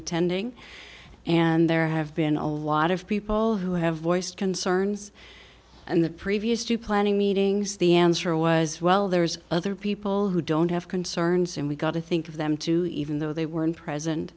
attending and there have been a lot of people who have voiced concerns in the previous two planning meetings the answer was well there's other people who don't have concerns and we got to think of them too even though they weren't present